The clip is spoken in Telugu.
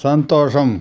సంతోషం